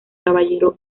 caballero